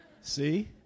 see